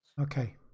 okay